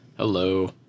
Hello